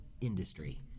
industry